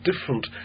different